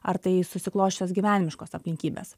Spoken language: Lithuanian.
ar tai susiklosčiusios gyvenimiškos aplinkybės